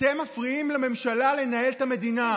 אתם מפריעים לממשלה לנהל את המדינה.